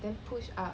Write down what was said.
then push up